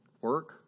Work